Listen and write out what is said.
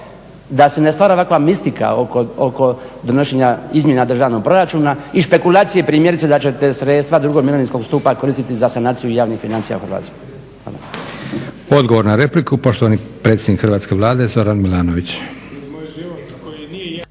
da se ne stvara ovakva mistika oko donošenja izmjena državnog proračuna i špekulacije primjerice da ćete sredstva drugog mirovinskog stupa koristiti za sanaciju javnih financija u Hrvatskoj?